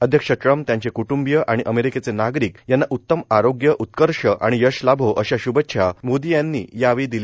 अध्यक्ष ट्रम्प त्यांचे क्ट्ंबिय आणि अमेरिकेचे नागरिक यांना उत्तम आरोग्य उत्कर्ष आणि यश लाभो अशा श्भेच्छा मोदी यांनी यावेळी दिल्या